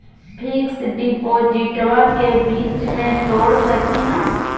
Fix डिपोजिटबा के बीच में तोड़ सकी ना?